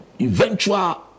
eventual